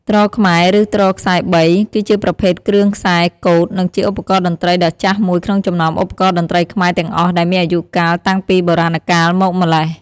ទ្រខ្មែរ ឬទ្រខ្សែ៣ គឺជាប្រភេទគ្រឿងខ្សែកូតនិងជាឧបករណ៍តន្ត្រីដ៏ចាស់មួយក្នុងចំណោមឧបករណ៍តន្ត្រីខ្មែរទាំងអស់ដែលមានអាយុកាលតាំងពីបុរាណកាលមកម្ល៉េះ។